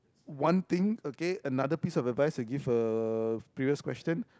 one thing okay another piece of advice to give uh previous question